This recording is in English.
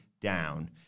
down